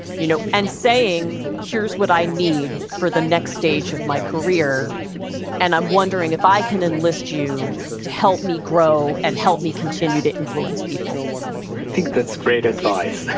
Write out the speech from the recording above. you know, and saying, here's what i need for the next stage of my career and i'm wondering if i can enlist you to help me grow and help me continue to influence people i think that's great advice.